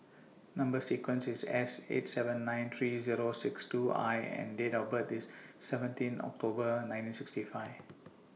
Number sequence IS S eight seven nine three Zero six two I and Date of birth IS seventeen October nineteen sixty five